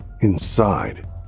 Inside